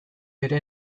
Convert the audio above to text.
ere